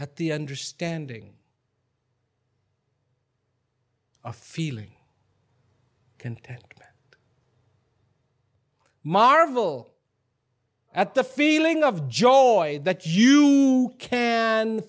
at the understanding of feeling content marvel at the feeling of joy that you can